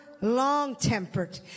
long-tempered